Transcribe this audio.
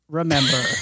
remember